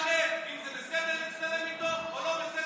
למה אתה לא עונה על השאלה אם זה בסדר להצטלם עם ראאד סלאח או לא בסדר?